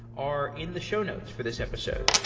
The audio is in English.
are in the show notes for this episode.